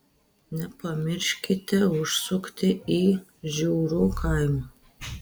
nepamirškite užsukti į žiurų kaimą